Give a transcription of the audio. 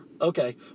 Okay